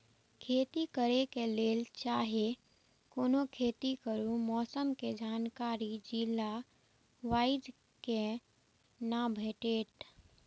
खेती करे के लेल चाहै कोनो खेती करू मौसम के जानकारी जिला वाईज के ना भेटेत?